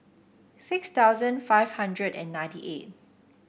six thousand five hundred and ninety eight